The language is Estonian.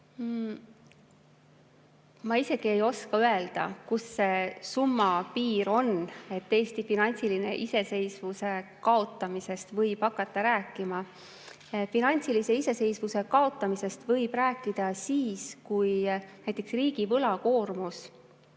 Ma isegi ei oska öelda, kus selle summa piir on, et võiks Eesti finantsilise iseseisvuse kaotamisest hakata rääkima. Finantsilise iseseisvuse kaotamisest võib rääkida siis, kui näiteks riigi võlakoormus